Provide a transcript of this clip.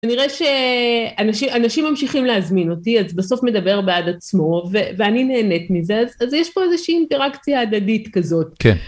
כנראה שאנשים ממשיכים להזמין אותי, אז בסוף מדבר בעד עצמו, ואני נהנית מזה, אז יש פה איזושהי אינטראקציה הדדית כזאת. כן.